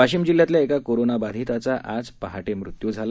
वाशिम जिल्ह्यातल्या एका कोरोनाबाधिताचा आज पहाटे मृत्यू झाला